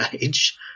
age